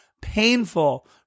painful